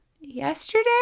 yesterday